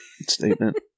statement